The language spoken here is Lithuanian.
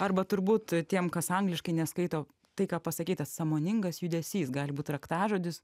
arba turbūt tiem kas angliškai neskaito tai ką pasakei tas sąmoningas judesys gali būt raktažodis